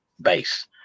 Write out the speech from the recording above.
base